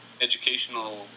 educational